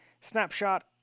snapshot